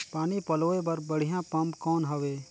पानी पलोय बर बढ़िया पम्प कौन हवय?